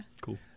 Cool